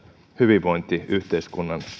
hyvinvointiyhteiskunnan